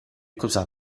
cosa